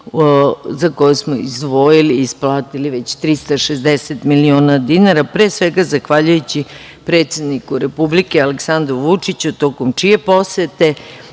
za koje smo izdvojili i isplatili već 360 miliona dinara pre svega zahvaljujući predsedniku Republike Aleksandru Vučiću, tokom čije posete